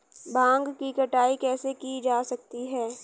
भांग की कटाई कैसे की जा सकती है?